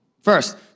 first